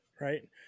right